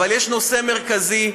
אבל יש נושא מרכזי,